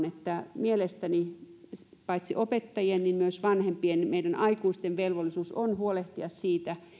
että mielestäni nimenomaan paitsi opettajien myös vanhempien meidän aikuisten velvollisuus on huolehtia siitä